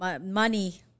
Money